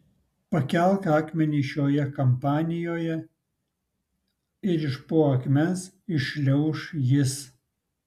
pakelk akmenį šioje kampanijoje ir iš po akmens iššliauš jis